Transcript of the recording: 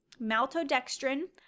maltodextrin